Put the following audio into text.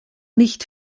nicht